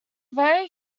vary